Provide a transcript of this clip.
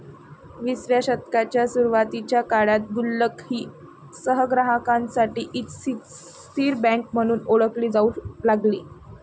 विसाव्या शतकाच्या सुरुवातीच्या काळात गुल्लक ही संग्राहकांसाठी स्थिर बँक म्हणून ओळखली जाऊ लागली